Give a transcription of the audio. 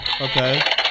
Okay